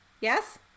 Yes